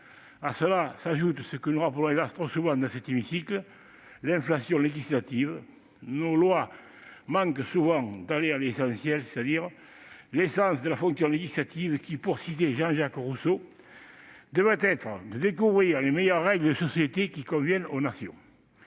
À cela s'ajoute ce que nous rappelons, hélas, trop souvent dans cet hémicycle : l'inflation législative. Nos lois manquent trop souvent d'aller à l'essentiel, c'est-à-dire à l'essence de la fonction législative qui, pour citer Jean-Jacques Rousseau, devrait être de « découvrir les meilleures règles de société qui conviennent aux nations